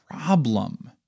problem